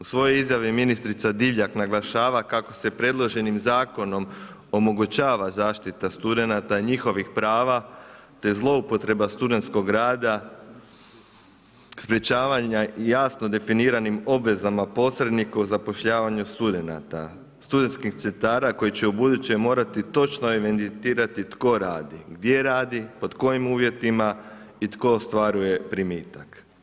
U svojoj izjavi ministrica Divjak naglašava kako se predloženim zakonom omogućava zaštita studenata i njihovih prava te zloupotreba studenskog prava, sprječavanja i jasno definiranim obvezama posrednika za zapošljavanje studenata, studentskih centara, koji ću ubuduće morati evidentirati tko radi, gdje radi, pod kojim uvjetima i tko ostvaruje primitak.